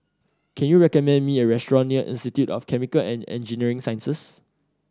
can you recommend me a restaurant near Institute of Chemical and Engineering Sciences